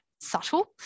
subtle